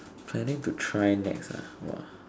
finding to try next ah !wah!